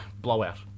blowout